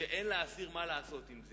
אין לאסיר מה לעשות עם זה,